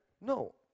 No